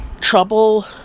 trouble